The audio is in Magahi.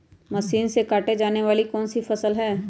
मशीन से काटे जाने वाली कौन सी फसल है?